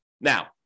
Now